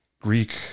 Greek